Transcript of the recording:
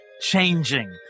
Changing